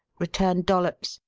returned dollops,